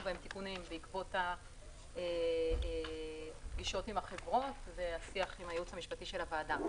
בהם תיקונים בעקבות הפגישות עם החברות והשיח עם הייעוץ המשפטי של הוועדה.